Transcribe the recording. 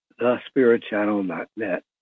thespiritchannel.net